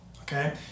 okay